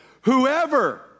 whoever